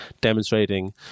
demonstrating